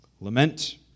lament